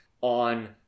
on